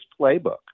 playbook